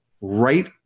right